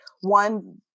one